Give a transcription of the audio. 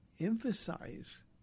emphasize